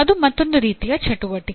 ಅದು ಮತ್ತೊಂದು ರೀತಿಯ ಚಟುವಟಿಕೆ